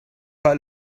pas